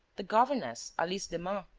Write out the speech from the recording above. the governess, alice demun.